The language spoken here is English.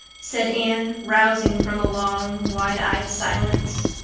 said anne, rousing from a long, wide-eyed silence.